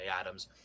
adams